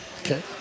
Okay